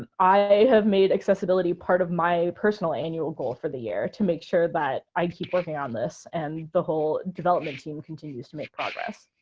i have made accessibility part of my personal annual goal for the year to make sure that i keep working on this and the whole development team continues to make progress.